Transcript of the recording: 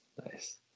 nice